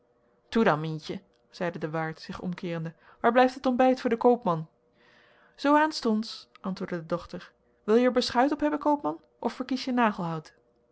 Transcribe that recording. dan mientje zeide de waard zich omkeerende waar blijft het ontbijt voor den koopman zoo aanstonds antwoordde de dochter wil je er beschuit op hebben koopman of verkies je nagelhout